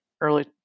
early